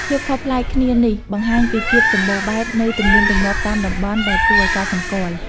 ភាពខុសប្លែកគ្នានេះបង្ហាញពីភាពសម្បូរបែបនៃទំនៀមទម្លាប់តាមតំបន់ដែលគួរឲ្យកត់សម្គាល់។